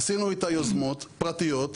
עשינו איתה יוזמות פרטיות,